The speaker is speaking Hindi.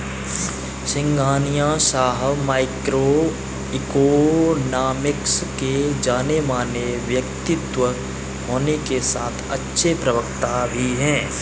सिंघानिया साहब माइक्रो इकोनॉमिक्स के जानेमाने व्यक्तित्व होने के साथ अच्छे प्रवक्ता भी है